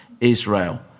Israel